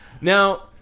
Now